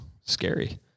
Scary